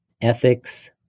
ethics